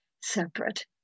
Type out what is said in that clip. separate